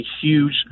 huge